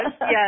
Yes